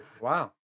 wow